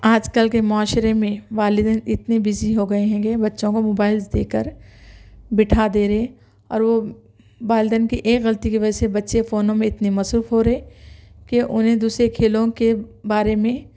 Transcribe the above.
آج کل کے معاشرے میں والدین اتنے بزی ہو گئے ہیں کہ بچوں کو موبائلس دے کر بٹھا دے رہے اور وہ والدین کی ایک غلطی کی وجہ سے بچے فونوں میں اتنے مصروف ہو رہے کہ اُنہیں دوسرے کھیلوں کے بارے میں